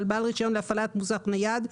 על בעל רישיון להפעלת מוסך נייד,